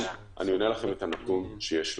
אני עונה לכם את הנתון שיש לנו.